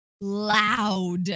loud